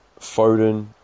Foden